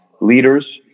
leaders